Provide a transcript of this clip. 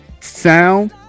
sound